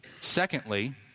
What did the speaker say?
Secondly